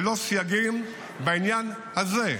ללא סייגים בעניין הזה,